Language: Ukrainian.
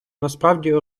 насправді